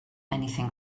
anything